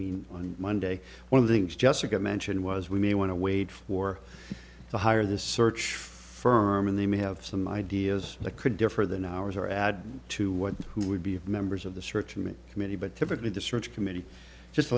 mean on monday one of the things jessica mentioned was we may want to wait for the higher this search firm and they may have some ideas that could differ than ours or add to what who would be of members of the search me committee but typically the search committee just